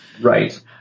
right